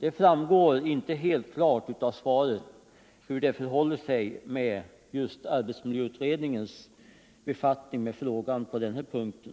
Det framgår inte helt klart av svaret om arbetsmiljöutredningen befattar sig med den här punkten.